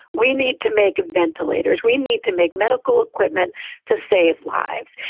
we need to make ventilators, we need to make medical equipment to save lives.